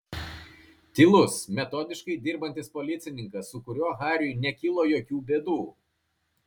tylus metodiškai dirbantis policininkas su kuriuo hariui nekilo jokių bėdų